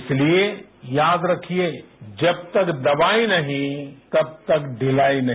इसलिए याद रखिए जब तक दवाई नहीं तब तक ढिलाई नहीं